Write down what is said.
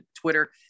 Twitter